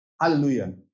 Hallelujah